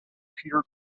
peter